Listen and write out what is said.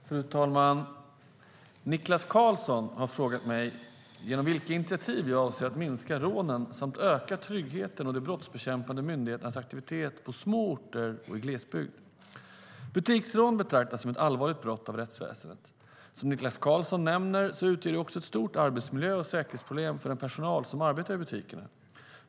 Fru talman! Niklas Karlsson har frågat mig genom vilka initiativ jag avser att minska rånen samt öka tryggheten och de brottsbekämpande myndigheternas aktivitet på små orter och i glesbygd. Butiksrån betraktas som ett allvarligt brott av rättsväsendet. Som Niklas Karlsson nämner utgör de också ett stort arbetsmiljö och säkerhetsproblem för den personal som arbetar i butikerna.